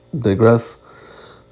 digress